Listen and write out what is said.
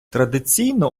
традиційно